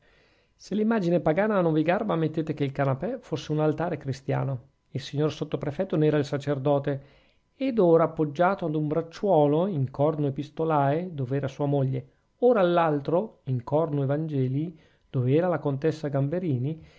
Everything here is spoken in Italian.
se l'immagine pagana non vi garba mettete che il canapè fosse un altare cristiano il signor sottoprefetto ne era il sacerdote ed ora appoggiato ad un bracciuolo in cornu epistolae dov'era sua moglie ora all'altro in cornu evangelii dov'era la contessa gamberini